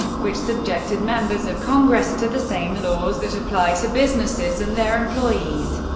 which subjected members of congress to the same laws that apply to businesses and their employees,